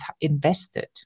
invested